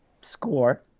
score